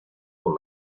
por